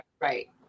right